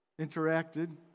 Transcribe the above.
interacted